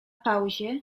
pauzie